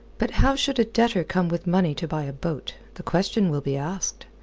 but how should a debtor come with money to buy a boat? the question will be asked.